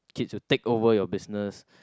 kids to take over your business